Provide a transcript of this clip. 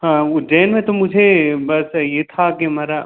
हाँ उजैन में तो मुझे बस ये था कि हमारा